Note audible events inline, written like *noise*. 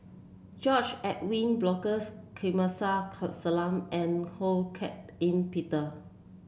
George Edwin Bogaars Kamsari *unintelligible* Salam and Ho Hak Ean Peter